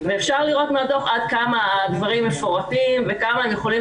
ואפשר לראות מהדו"ח עד כמה הדברים מפורטים וכמה הם יכולים